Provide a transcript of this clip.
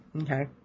Okay